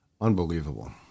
unbelievable